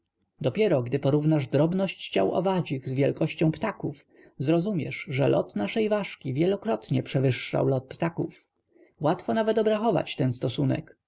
dopiero gdy porównasz drobność ciał owadzich z wielkością ptaków zrozumiesz że lot naszej ważki wielokrotnie przewyższał lot ptaków łatwo nawet obrachować ten stosunek